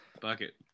Bucket